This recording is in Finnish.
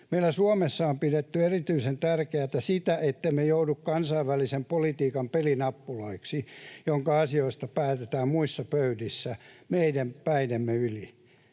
Meillä Suomessa on pidetty erityisen tärkeänä sitä, ettemme joudu kansainvälisen politiikan pelinappulaksi, jonka asioista päätetään muissa pöydissä meidän päidemme yli.